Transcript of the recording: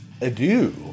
adieu